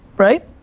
right?